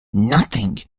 nothing